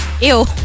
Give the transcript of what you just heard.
Ew